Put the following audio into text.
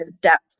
depth